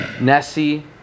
nessie